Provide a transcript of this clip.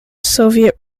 soviet